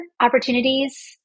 opportunities